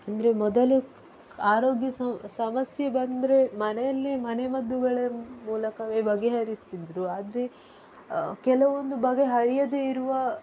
ಅಂದರೆ ಮೊದಲು ಆರೋಗ್ಯ ಸಮಸ್ಯೆ ಬಂದರೆ ಮನೆಯಲ್ಲೆ ಮನೆ ಮದ್ದುಗಳ ಮೂಲಕವೇ ಬಗೆಹರಿಸ್ತಿದ್ದರು ಆದರೆ ಕೆಲವೊಂದು ಬಗೆ ಹರಿಯದೇ ಇರುವ